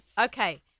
Okay